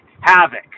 havoc